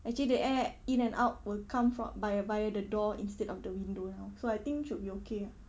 actually the air in and out will come from by via the door instead of the window you know so I think should be okay ah